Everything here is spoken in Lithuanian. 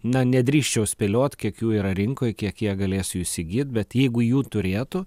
na nedrįsčiau spėliot kiek jų yra rinkoj kiek jie galės jų įsigyt bet jeigu jų turėtų